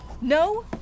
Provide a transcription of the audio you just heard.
No